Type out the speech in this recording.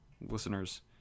listeners